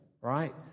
right